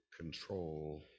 control